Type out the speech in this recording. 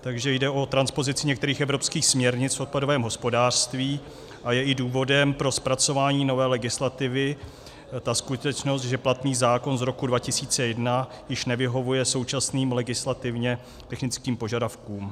Takže jde o transpozici některých evropských směrnic v odpadovém hospodářství a je i důvodem pro zpracování nové legislativy ta skutečnost, že platný zákon z roku 2001 již nevyhovuje současným legislativně technickým požadavkům.